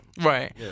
Right